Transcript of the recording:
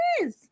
Yes